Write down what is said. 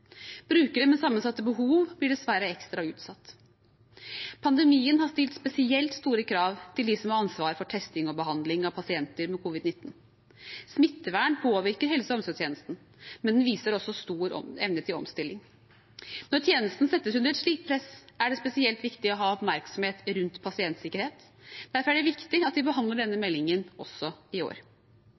Brukere med sammensatte behov blir dessverre ekstra utsatt. Pandemien har stilt spesielt store krav til dem som har ansvar for testing og behandling av pasienter med covid-19. Smittevern påvirker helse- og omsorgstjenesten, men den viser også stor evne til omstilling. Når tjenesten settes under et slikt press, er det spesielt viktig å ha oppmerksomhet rundt pasientsikkerhet. Derfor er det viktig at vi behandler denne meldingen også i år.